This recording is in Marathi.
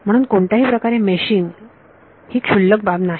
म्हणून कोणत्याही प्रकारे मेशिंग ही क्षुल्लक बाब नाही